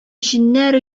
җеннәр